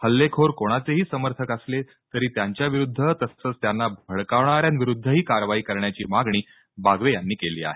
हल्लेखोर कोणाचेही समर्थक असले तरी त्यांच्याविरुद्ध तसंच त्यांना भडकवणाऱ्याविरुद्धही कारवाई करण्याची मागणी बागवे यांनी केली आहे